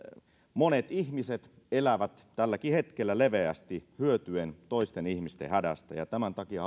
monet ihmiset elävät tälläkin hetkellä leveästi hyötyen toisten ihmisten hädästä tämän takia